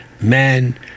man